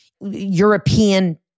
European